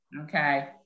Okay